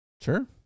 Sure